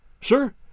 Sir